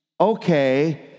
okay